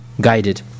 guided